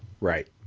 Right